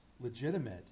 legitimate